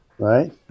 Right